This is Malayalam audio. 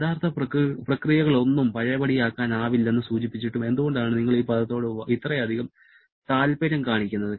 യഥാർത്ഥ പ്രക്രിയകളൊന്നും പഴയപടിയാക്കാനാവില്ലെന്ന് സൂചിപ്പിച്ചിട്ടും എന്തുകൊണ്ടാണ് നിങ്ങൾ ഈ പദത്തോട് ഇത്രയധികം താൽപര്യം കാണിക്കുന്നത്